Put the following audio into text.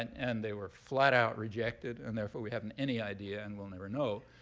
and and they were flat out rejected. and therefore, we haven't any idea, and we'll never know,